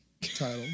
title